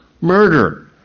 murder